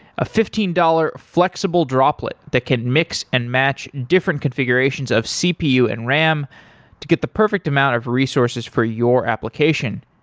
a fifteen dollars flexible droplet that can mix and match different configurations of cpu and ram to get the perfect amount of resources for your application.